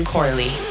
Corley